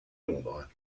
londres